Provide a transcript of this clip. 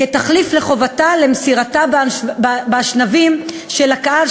כתחליף לחובתה למסירתם באשנבים של הקהל,